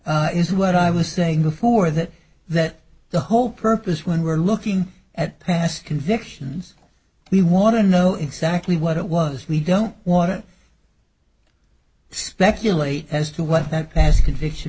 case is what i was saying before that that the whole purpose when we're looking at past convictions we want to know exactly what it was we don't want to speculate as to what that past conviction